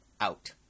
out